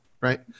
right